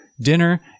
dinner